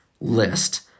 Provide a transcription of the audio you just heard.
list